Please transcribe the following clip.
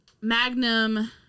Magnum